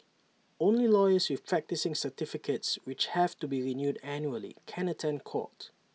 only lawyers with practising certificates which have to be renewed annually can attend court